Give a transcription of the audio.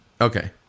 Okay